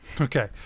Okay